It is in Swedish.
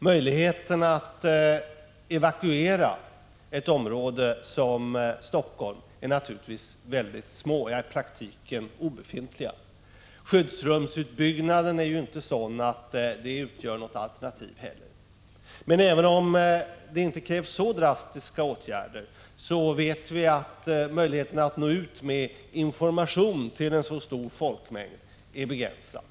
Möjligheterna att evakuera ett område som Helsingfors är små, i praktiken obefintliga. Skyddsrumsutbyggnaden är inte heller sådan att den utgör något alternativ. Men även om det inte krävs så drastiska åtgärder vet vi att möjligheten att nå ut med information till en så stor folkmängd är begränsad.